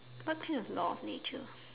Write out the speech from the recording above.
what thing is law of nature